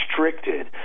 restricted